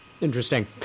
Interesting